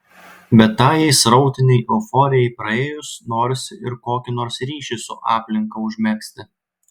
bet tajai srautinei euforijai praėjus norisi ir kokį nors ryšį su aplinka užmegzti